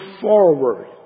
forward